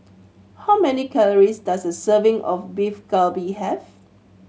how many calories does a serving of Beef Galbi have